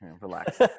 relax